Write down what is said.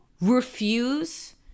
refuse